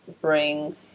bring